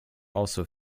also